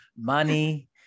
money